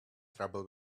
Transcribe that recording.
trouble